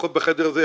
לפחות בחדר הזה,